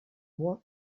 more